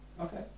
Okay